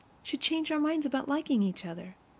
should change our minds about liking each other?